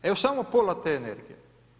Evo samo pola te energije.